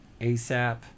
ASAP